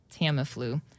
Tamiflu